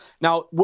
Now